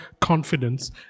confidence